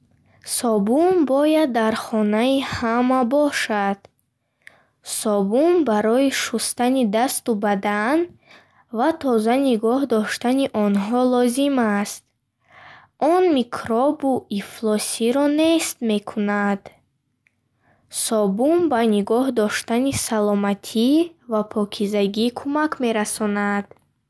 Собун бояд дар хонаи ҳама бошад. Собун барои шустани дасту бадан ва тоза нигоҳ доштани онҳо лозим аст. Он микробу ифлосиро нест мекунад. Собун ба нигоҳ доштани саломатӣ ва покизагӣ кӯмак мерасонад.